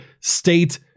state